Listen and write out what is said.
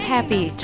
Happy